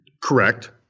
Correct